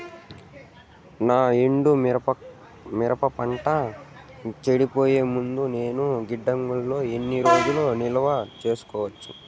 నా ఎండు మిరప పంట చెడిపోయే ముందు నేను గిడ్డంగి లో ఎన్ని రోజులు నిలువ సేసుకోవచ్చు?